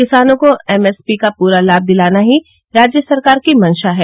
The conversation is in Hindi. किसानों को एमएसपी का पूरा लाम दिलाना ही राज्य सरकार की मंशा है